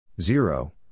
zero